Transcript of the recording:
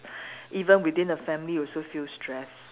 even within the family you also feel stress